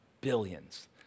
billions